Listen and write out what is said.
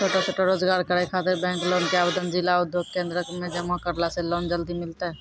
छोटो छोटो रोजगार करै ख़ातिर बैंक लोन के आवेदन जिला उद्योग केन्द्रऽक मे जमा करला से लोन जल्दी मिलतै?